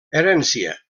herència